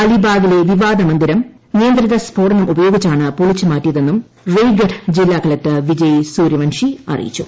അലിബാഗിലെ വിവാദ മന്ദിരം നിയന്ത്രിത സ്ഫോടനം ഉപയോഗിച്ചാണ് പൊളിച്ചുമാറ്റിയതെന്നും റേയ്ഗഡ് ജില്ലാ കളക്ടർ വിജയ് സൂര്യവാൻഷി അറിയിച്ചു